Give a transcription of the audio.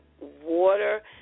Water